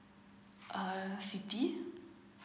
uh